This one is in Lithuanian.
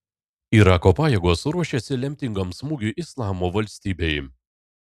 irako pajėgos ruošiasi lemtingam smūgiui islamo valstybei